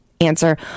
answer